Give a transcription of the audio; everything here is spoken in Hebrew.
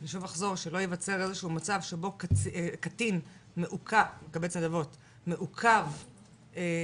אני שוב אחזור: שלא ייווצר איזשהו מצב שבו קטין מקבץ נדבות מעוכב וחוזר,